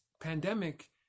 pandemic